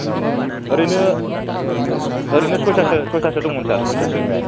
औ ओरैनो ओरैनो सयथासो दंमोन सार सयथासो